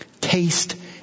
Taste